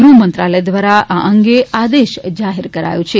ગૃહ્મંત્રાલય દ્વારા આ અંગે આદેશ જાહેર કરાયો છે